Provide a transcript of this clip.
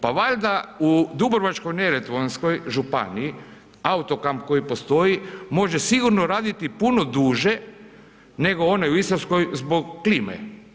Pa valjda u Dubrovačko-neretvanskoj županiji auto-kamp koji postoji može sigurno raditi puno duže nego onaj u Istarskoj zbog klime.